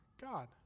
God